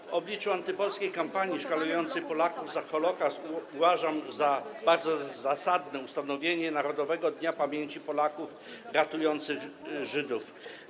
W obliczu antypolskiej kampanii szkalującej Polaków w związku z Holokaustem uważam za bardzo zasadne ustanowienie Narodowego Dnia Pamięci Polaków ratujących Żydów.